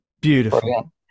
Beautiful